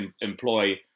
employ